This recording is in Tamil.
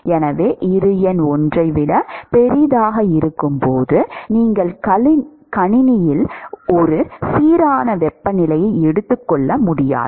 எனவே இரு எண் 1 ஐ விட பெரியதாக இருக்கும் போது நீங்கள் கணினியில் ஒரு சீரான வெப்பநிலையை எடுத்துக்கொள்ள முடியாது